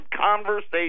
conversation